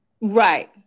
Right